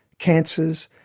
cancers,